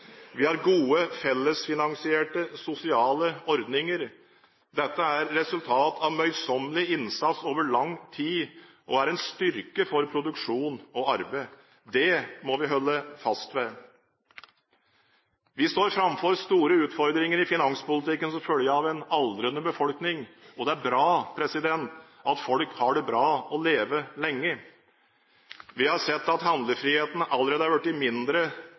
Vi har gode fellesfinansierte sosiale ordninger. Dette er et resultat av møysommelig innsats over lang tid og er en styrke for produksjon og arbeid. Det må vi holde fast ved. Vi står framfor store utfordringer i finanspolitikken som følge av en aldrende befolkning, og det er bra at folk har det bra og lever lenge. Vi har sett at handlefriheten allerede er blitt mindre